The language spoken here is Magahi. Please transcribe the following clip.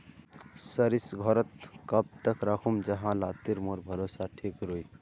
सरिस घोरोत कब तक राखुम जाहा लात्तिर मोर सरोसा ठिक रुई?